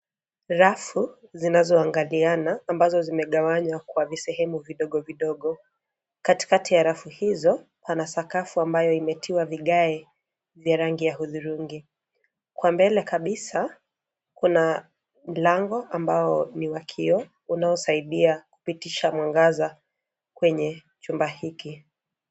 Rafu zinazoangaliana ambazo zimegawanywa kwa visehemu vidogo vidogo. Katikati ya rafu hizo pana sakafu ambayo imetiwa vigae vya rangi ya hudhurungi. Kwa mbele kabisa kuna mlango ambao ni wa kioo unaosaidia kupitisha mwangaza kwenye chumba hiki.